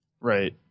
Right